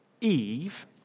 Eve